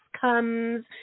comes